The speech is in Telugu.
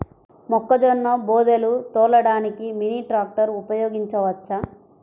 మొక్కజొన్న బోదెలు తోలడానికి మినీ ట్రాక్టర్ ఉపయోగించవచ్చా?